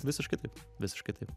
visiškai taip visiškai taip